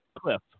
Cliff